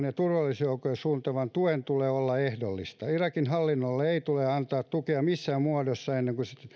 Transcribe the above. ja turvallisuusjoukoille suunnattavan tuen tulee olla ehdollista irakin hallinnolle ei tule antaa tukea missään muodossa ennen kuin se